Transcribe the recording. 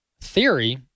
theory